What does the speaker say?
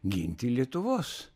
ginti lietuvos